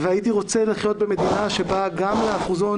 והייתי רוצה לחיות במדינה שבה גם לאחוזון